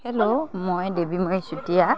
hello মই দেৱীময়ী চুতীয়া